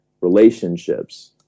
relationships